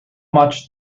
much